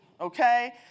okay